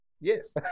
Yes